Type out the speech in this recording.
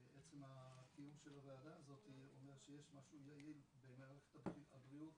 כי עצם הקיום של הוועדה הזאת אומר שיש משהו יעיל במערכת הבריאות